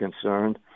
concerned